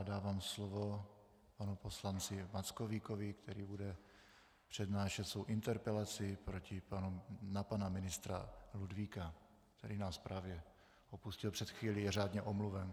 Dávám slovo panu poslanci Mackovíkovi, který bude přednášet svou interpelaci na pana ministra Ludvíka, který nás právě opustil před chvílí, je řádně omluven.